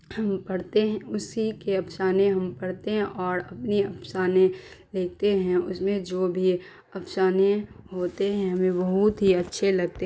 پڑھتے ہیں اسی کے افسانے ہم پڑھتے ہیں اور اپنے افسانے لکھتے ہیں اس میں جو بھی افسانے ہوتے ہیں ہمیں بہت ہی اچھے لگتے